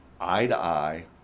eye-to-eye